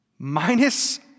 Minus